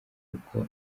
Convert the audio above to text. kuko